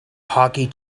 hockey